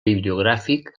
bibliogràfic